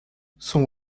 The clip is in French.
son